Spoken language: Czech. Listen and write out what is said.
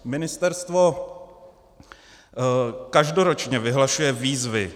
Ministerstvo každoročně vyhlašuje výzvy.